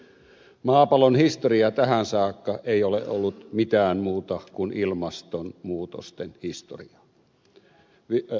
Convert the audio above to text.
maapallon historia tähän saakka ei ole ollut mitään muuta kuin ilmastonmuutosten historiaa